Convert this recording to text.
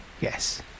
Yes